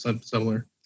similar